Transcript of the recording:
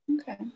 Okay